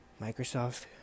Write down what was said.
Microsoft